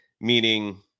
meaning